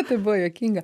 tai buvo juokinga